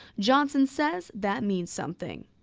johnson says that means something.